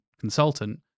consultant